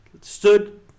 stood